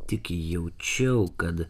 tik jaučiau kad